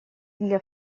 для